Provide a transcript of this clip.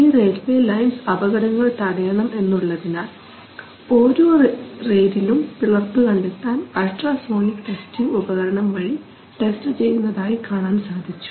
ഈ railway lines അപകടങ്ങൾ തടയണം എന്നുള്ളതിനാൽ ഓരോ റെയിലും പിളർപ്പ് കണ്ടെത്താൻ അൾട്രാസോണിക് ടെസ്റ്റിംഗ് ഉപകരണം വഴി ടെസ്റ്റ് ചെയ്യുന്നതായി കാണാൻ സാധിച്ചു